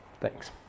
Thanks